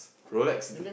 Rolex